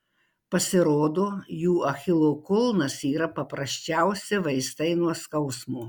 pasirodo jų achilo kulnas yra paprasčiausi vaistai nuo skausmo